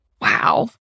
Wow